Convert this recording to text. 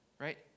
right